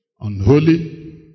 unholy